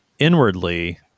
inwardly